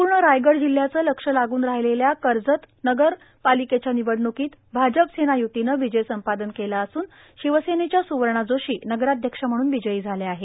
संपूण रायगड जिल्ह्याचं लक्ष लागून राहलेल्या कजंत नगर पार्लकेच्या निवडणुकोत भाजप सेना य्तीनं र्विजय संपादन केला असून र्शिवसेनेच्या सुवणा जोशी नगराध्यक्ष म्हणून विजयी झाल्या आहेत